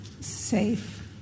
safe